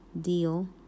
deal